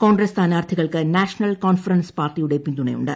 കോൺഗ്രസ് സ്ഥാനാർത്ഥികൾക്ക് National Conference പാർട്ടിയുടെ പിന്തുണയുണ്ട്